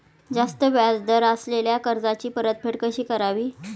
जास्त व्याज दर असलेल्या कर्जाची परतफेड कशी करावी?